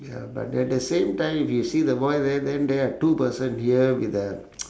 ya but at the same time you see the boy there then there are two person here with the